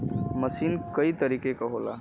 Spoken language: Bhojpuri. मसीन कई तरीके क होला